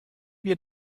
wir